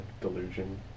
delusion